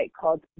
called